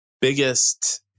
biggest